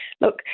Look